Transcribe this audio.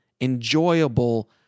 enjoyable